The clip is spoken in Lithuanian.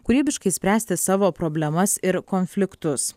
kūrybiškai spręsti savo problemas ir konfliktus